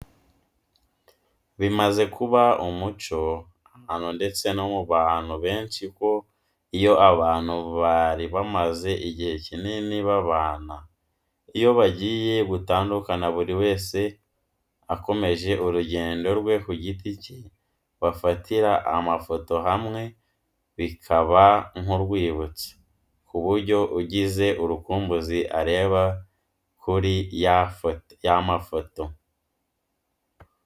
Bimaze kuba umuco ahantu ndetse no mu bantu benshi ko iyo abantu bari bamaze igihe kinini babana, iyo bagiye gutandukana buri wese akomeje urugendo rwe ku giti cye bafatira amafoto hamwe bikaba nk'urwibutso. Ku buryo ugize urukumbuzi areba kuri y'amafoto.